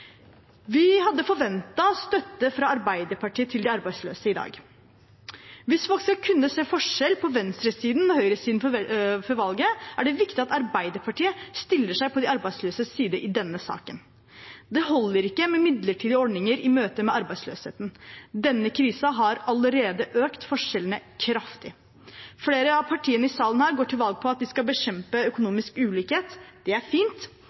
Vi hadde forventet støtte fra Arbeiderpartiet til de arbeidsløse i dag. Hvis folk skal kunne se forskjell på venstresiden og høyresiden før valget, er det viktig at Arbeiderpartiet stiller seg på de arbeidsløses side i denne saken. Det holder ikke med midlertidige ordninger i møte med arbeidsløsheten. Denne krisen har allerede økt forskjellene kraftig. Flere av partiene i denne salen går til valg på at de skal bekjempe økonomisk ulikhet. Det er fint,